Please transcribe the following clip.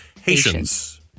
Haitians